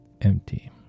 empty